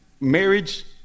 marriage